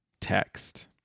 text